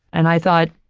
and i thought,